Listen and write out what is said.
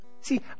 see